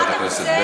מה אתה רוצה?